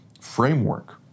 framework